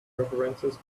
references